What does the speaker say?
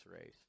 race